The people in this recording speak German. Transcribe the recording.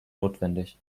notwendig